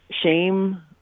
shame